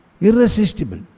irresistible